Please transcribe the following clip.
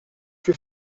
que